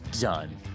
done